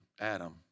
Adam